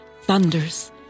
thunders